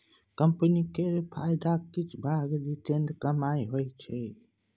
company केर फायदाक किछ भाग रिटेंड कमाइ होइ छै